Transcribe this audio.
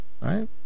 right